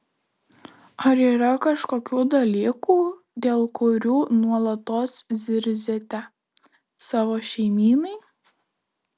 ar yra kažkokių dalykų dėl kurių nuolatos zirziate savo šeimynai